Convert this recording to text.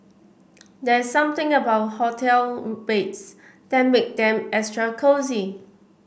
there's something about hotel beds that make them extra cosy